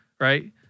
right